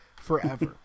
forever